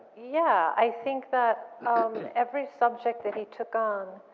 yeah, i think that every subject that he took on,